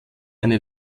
eine